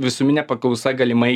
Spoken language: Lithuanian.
visuminė paklausa galimai